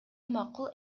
макул